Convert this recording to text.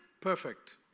perfect